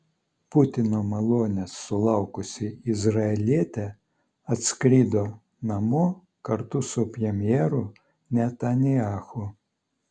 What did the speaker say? putino malonės sulaukusi izraelietė atskrido namo kartu su premjeru netanyahu